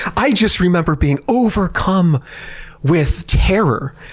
i just remember being overcome with terror.